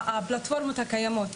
הפלטפורמות הקיימות.